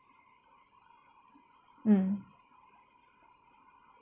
mm